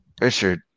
richard